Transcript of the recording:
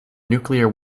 nuclear